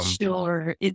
Sure